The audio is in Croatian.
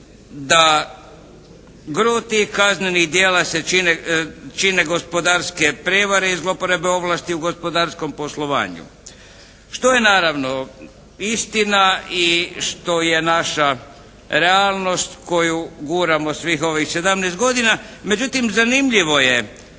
da gro tih kaznenih djela se čine gospodarske prevare i zlouporabe ovlasti u gospodarskom poslovanju što je naravno istina i što je naša realnost koju guramo svih ovih 17 godina. Međutim, zanimljivo je